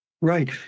Right